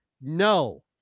no